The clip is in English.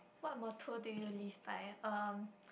what motto do you live by um